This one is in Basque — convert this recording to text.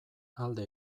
alde